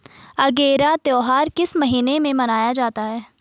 अगेरा त्योहार किस महीने में मनाया जाता है?